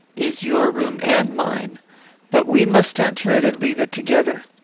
is your room and mine but we must enter it and leave it together.